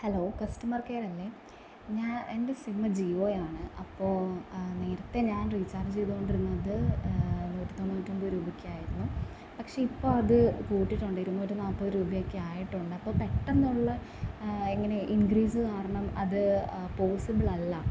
hello customer കെയറല്ലേ എൻ്റെ sim ജിയോയാണ് അപ്പോള് നേരത്തെ ഞാൻ റീചാർജെയ്തോണ്ടിരുന്നത് നൂറ്റി തൊണ്ണൂറ്റിയൊന്പതു രൂപയ്ക്കായിരുന്നു പക്ഷെ ഇപ്പോള് അത് കൂട്ടിയിട്ടുണ്ട് ഇരുന്നൂറ്റി നാല്പത് രൂപയൊക്കെ ആയിട്ടുണ്ട് അപ്പോള് പെട്ടെന്നുള്ള ഇങ്ങനെ ഇൻക്രീസ് കാരണം അത് പോസിബിളല്ല